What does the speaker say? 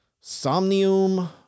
Somnium